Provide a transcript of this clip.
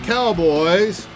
Cowboys